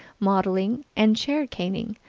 modeling, and chair caning,